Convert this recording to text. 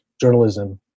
journalism